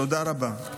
תודה רבה.